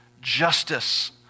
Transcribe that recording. justice